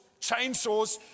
chainsaws